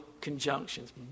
conjunctions